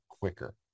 quicker